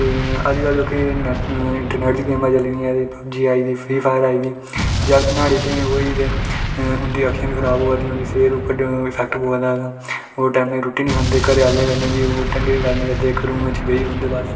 ते अजकल जोह्के नैट्ट इंटरनैट्ट दियां गेम्मां चली दियां ते जि'यां आई दी फ्री फायर आई दी जागत न्हाड़े च गै होई दे न उं'दियां अक्खियां बी खराब होआ दियां उं'दी सेह्त पर बी इफैक्ट प'वा दा ओह् टैमें दी रूट्टी निं खंदे घरैआह्लें कन्नै बी ओह् ढंगै दी गल्ल निं करदे इक्क रूम च बेही रौंह्दे बस